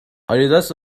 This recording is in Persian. آدیداس